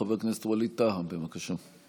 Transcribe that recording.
חבר הכנסת ווליד טאהא, בבקשה.